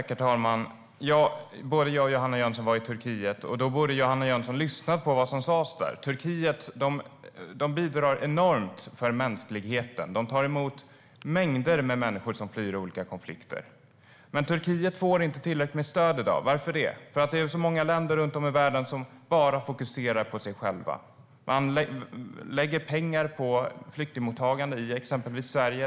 Herr talman! Både Johanna Jönsson och jag var i Turkiet. Då borde Johanna Jönsson ha lyssnat på vad som sas där. Turkiet bidrar enormt för mänskligheten. De tar emot mängder med människor som flyr från olika konflikter. Men Turkiet får inte tillräckligt med stöd i dag. Varför det? Därför att det är så många länder runt om i världen som bara fokuserar på sig själva. Man lägger pengar på flyktingmottagande i exempelvis Sverige.